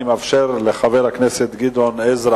אני מאפשר לחבר הכנסת גדעון עזרא